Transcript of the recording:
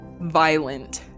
violent